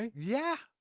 yeah.